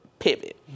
pivot